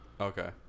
Okay